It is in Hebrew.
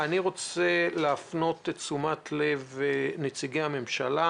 אני רוצה להפנות את תשומת לב נציגי הממשלה,